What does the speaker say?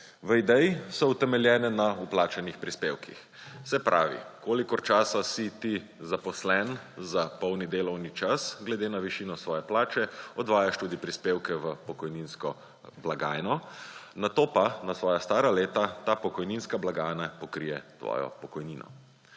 V ideji so utemeljene na vplačanih prispevkih. Se pravi, kolikor časa si ti zaposlen za polni delovni čas, glede na višino svoje plače odvajaš tudi prispevke v pokojninsko blagajno, nato pa na svoja stara leta ta pokojninska balgajna pokrije tvoje pokojnino.